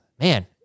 Man